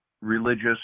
Religious